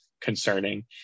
concerning